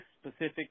specific